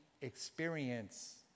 experience